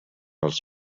els